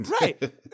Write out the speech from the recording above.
Right